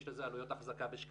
יש לזה עלויות החזקה בשקלים.